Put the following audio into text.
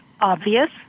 obvious